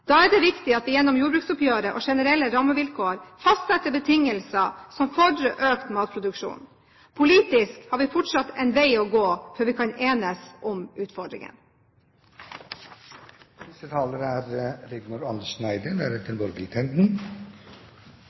Da er det viktig at vi gjennom jordbruksoppgjøret og generelle rammevilkår fastsetter betingelser som fordrer økt matproduksjon. Politisk har vi fortsatt en vei å gå før vi kan enes om